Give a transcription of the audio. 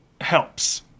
helps